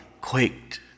quaked